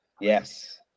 yes